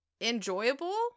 enjoyable